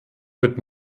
wird